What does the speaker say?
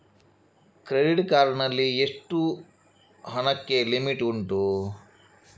Credit card ನಲ್ಲಿ ಎಷ್ಟು ಹಣಕ್ಕೆ ಲಿಮಿಟ್ ಉಂಟು?